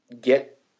Get